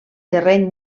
terreny